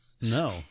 No